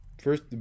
first